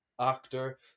actor